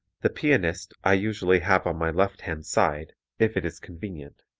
the pianist i usually have on my left-hand side, if it is convenient.